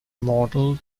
model